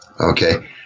Okay